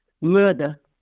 murder